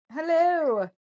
hello